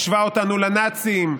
השווה אותנו לנאצים,